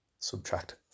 Subtract